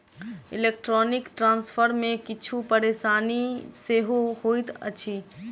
electronic transfer मे किछु परेशानी सेहो होइत अछि